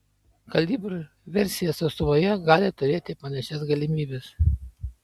kalibr versija sausumoje gali turėti panašias galimybes